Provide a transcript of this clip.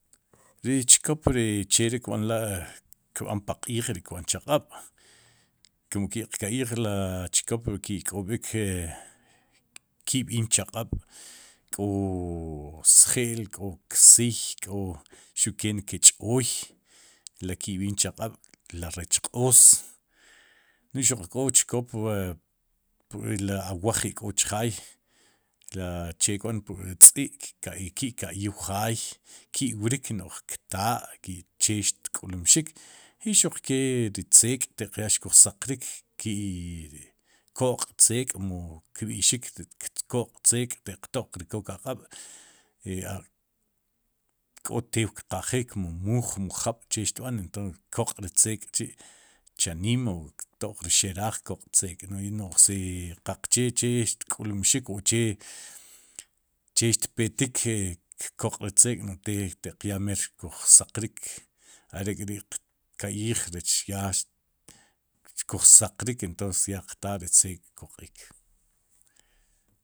Ri chkop ri che ri kb'anla' kb'an paq'iij i kb'an chaq'aab' kum ki'q ka'yij la chkop ki'k'ob'ik e ki'b'iin chaq'aab'k'o sji'l k'o ksiy, k'o xuqke neke ch'ooy ri ki'b'iin chaq'aab'ri rech q'oos no'j xuq k'o chkop ri awaj ri ik'o chaaj la che kb'an ri tz'i' ki kayiw jaay ki'wrik no'j ktaa ki'chetk'ulmxik i xuq kee ri tzeek'teq ya xkuj saqrik ko'q 'tzeek mu kxb'ixik recko'q'tzeek taq to'q kook aq'aab' e k'o teq kqajik mu muuj mu jaab'che xtb'an ento koq'ri tzeek chi'chaniim mu to'q xeraaj koq'tzeek no no'j si qaqche che xtk'ulmixik uche'che xtpetik e k'oq'ri tzeek no te taq ya meer xkuj saqrik arek'ri'qka'yij rech ya xkuj saqrik entons ya qtaa ri tzeek kpq'iik.